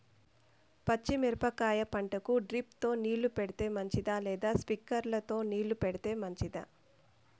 పచ్చి మిరపకాయ పంటకు డ్రిప్ తో నీళ్లు పెడితే మంచిదా లేదా స్ప్రింక్లర్లు తో నీళ్లు పెడితే మంచిదా?